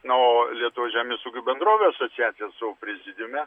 na o lietuvos žemės ūkio bendrovių asociacijos prezidiume